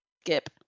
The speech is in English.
skip